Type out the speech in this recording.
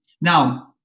Now